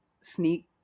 sneak